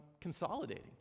consolidating